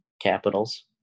Capitals